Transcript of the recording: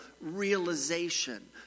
realization